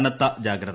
കനത്ത ജാഗ്രത